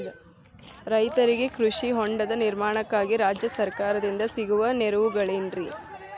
ರೈತರಿಗೆ ಕೃಷಿ ಹೊಂಡದ ನಿರ್ಮಾಣಕ್ಕಾಗಿ ರಾಜ್ಯ ಸರ್ಕಾರದಿಂದ ಸಿಗುವ ನೆರವುಗಳೇನ್ರಿ?